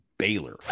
Baylor